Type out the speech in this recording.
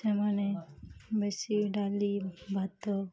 ସେମାନେ ବେଶୀ ଡାଲି ଭାତ